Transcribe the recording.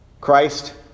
Christ